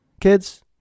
kids